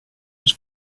was